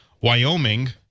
Wyoming